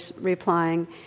replying